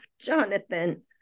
Jonathan